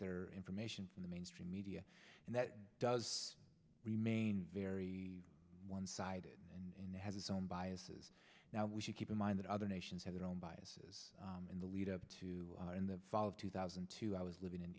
their information from the mainstream media and that does remain very one sided and has its own biases now we should keep in mind that other nations have their own biases in the lead up to in the fall of two thousand and two i was living in